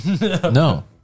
No